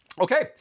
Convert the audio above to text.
Okay